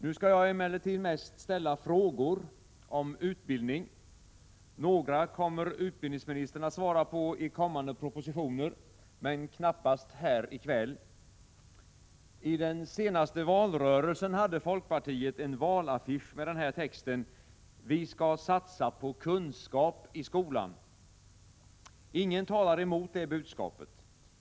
Nu skall jag emellertid mest ställa frågor — om utbildning. Några kommer utbildningsministern att svara på i kommande propositioner men knappast här i kväll. I den senaste valrörelsen hade folkpartiet en valaffisch med den här texten: ”Vi skall satsa på kunskap i skolan”. Ingen talar emot det budskapet.